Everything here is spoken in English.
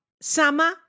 summer